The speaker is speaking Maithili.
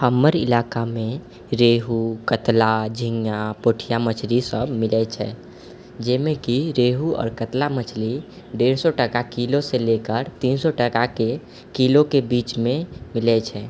हमर इलाकामे रेहू कतला झिङ्गा पोठिआ मछरी सब मिलैत छै जाहिमे कि रेहू आओर कतला मछली डेढ़ सए टका किलो से लए कर तीन सए टकाके किलोके बीचमे मिलैत छै